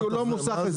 כי הוא לא מוסך הסדר.